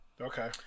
Okay